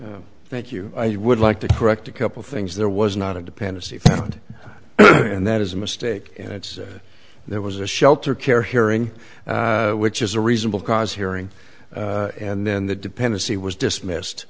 you thank you i would like to correct a couple things there was not a dependency found and that is a mistake and there was a shelter care hearing which is a reasonable cause hearing and then the dependency was dismissed